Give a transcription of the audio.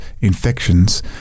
infections